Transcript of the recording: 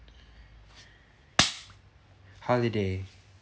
holiday